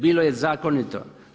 Bilo je zakonito.